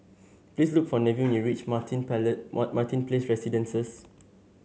please look for Nevin when you reach Martin Place Martin Place Residences